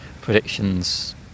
predictions